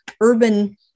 urban